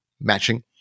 matching